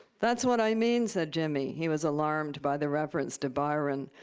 that's what i mean said jimmy. he was alarmed by the reference to byron.